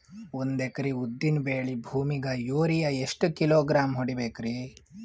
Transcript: ಒಂದ್ ಎಕರಿ ಉದ್ದಿನ ಬೇಳಿ ಭೂಮಿಗ ಯೋರಿಯ ಎಷ್ಟ ಕಿಲೋಗ್ರಾಂ ಹೊಡೀಬೇಕ್ರಿ?